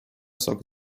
sok